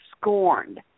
scorned